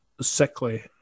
sickly